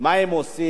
מה הם עושים?